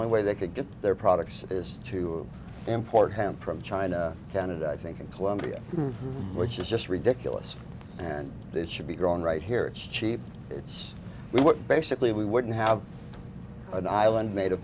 only way they could get their products is to import him from china canada i think in colombia which is just ridiculous and it should be growing right here it's cheap it's what basically we wouldn't have an island made of